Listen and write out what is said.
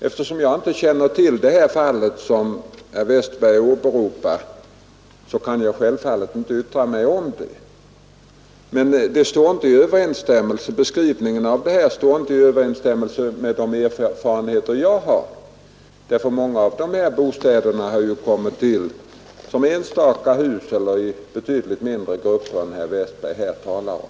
Eftersom jag inte känner till det här fallet, som herr Westberg i Ljusdal åberopar, kan jag självfallet inte yttra mig om det, men som det beskrivs står det inte i överensstämmelse med de erfarenheter jag har. Många av de här bostäderna har ju kommit till som enstaka hus eller i betydligt mindre grupper än vad herr Westberg här talar om.